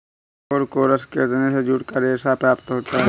Corchorus के तने से जूट का रेशा प्राप्त होता है